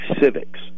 civics